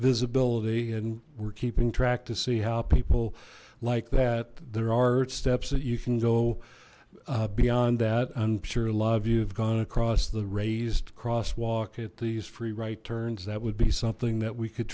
visibility and we're keeping track to see how people like that there are steps that you can go beyond that i'm sure love you have gone across the raised crosswalk at these free right turns that would be something that we could